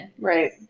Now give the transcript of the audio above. Right